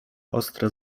ostre